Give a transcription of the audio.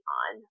on